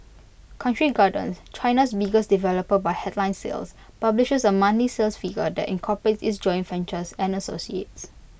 country garden China's biggest developer by headline sales publishes A monthly sales figure that incorporates its joint ventures and associates